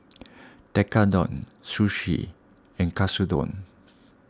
Tekkadon Sushi and Katsudon